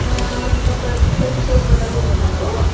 तपाईँ पूजा स्टोरबाट बोल्नुभएको हो